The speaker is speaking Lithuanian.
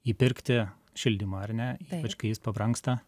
įpirkti šildymą ar ne ypač kai jis pabrangsta